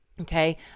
Okay